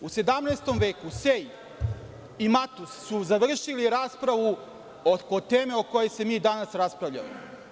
U 17. veku Sej i Matus su završili raspravu oko teme o kojoj se mi danas raspravljamo.